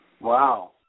Wow